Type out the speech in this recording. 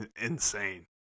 insane